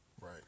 Right